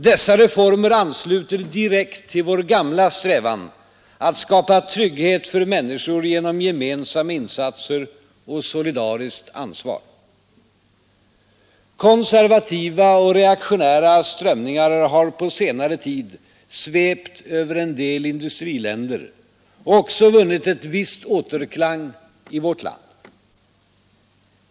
Dessa reformer ansluter direkt till vår gamla strävan att skapa trygghet för människor genom gemensamma insatser och solidariskt ansvar. Konservativa och reaktionära strömningar har på senare tid svept över en del industriländer och också vunnit en viss återklang i vårt land.